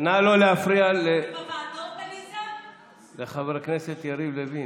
נא לא להפריע לחבר הכנסת יריב לוין.